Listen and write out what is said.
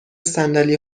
صندلی